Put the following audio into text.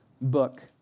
book